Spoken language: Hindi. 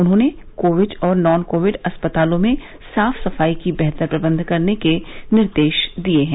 उन्होंने कोविड और नॉन कोविड अस्पतालों में साफ सफाई के बेहतर प्रबंध करने के निर्देश दिए हैं